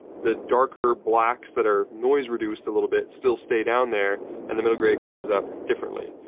the darker blacks that are noise reduced a little bit still stay down there and the middle grey comes up differently.